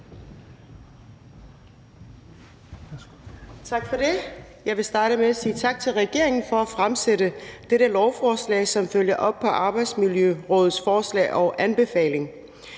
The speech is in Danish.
Tak for det. Jeg vil starte med at sige tak til regeringen for at fremsætte dette lovforslag, som følger op på Arbejdsmiljørådets forslag og anbefaling.